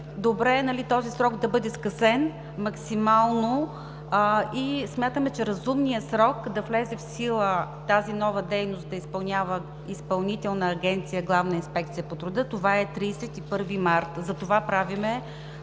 добре този срок да бъде скъсен максимално. Смятаме, че разумният срок да влезе в сила тази нова дейност, да я изпълнява Изпълнителна агенция „Главна инспекция по труда“, е 31 март. Затова правим